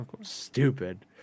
Stupid